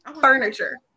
furniture